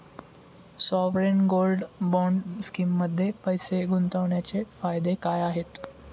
Sovereign gold bond स्कीममध्ये पैसे गुंतवण्याचे फायदे काय आहेत?